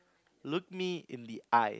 look me in the eye